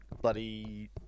bloody